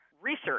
research